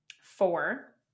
four